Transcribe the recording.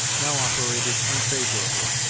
now operated unfavorably.